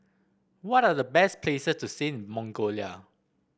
what are the best places to see in Mongolia